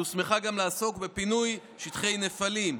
היא הוסמכה גם לעסוק בפינוי שטחי נפלים.